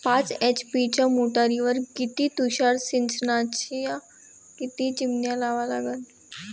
पाच एच.पी च्या मोटारीवर किती तुषार सिंचनाच्या किती चिमन्या लावा लागन?